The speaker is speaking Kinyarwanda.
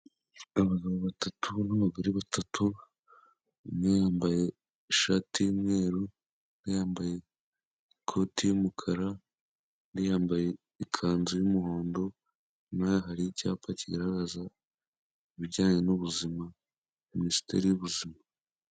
Abagabo batatu n'abagore batatu, umwe yambaye ishati y'umweru, undi yambaye ikoti y'umukara, undi yambaye ikanzu y'umuhondo, inyuma yabo hari icyapa kigaragaza ibijyanye n'ubuzima Minisiteri y'Ubuzima.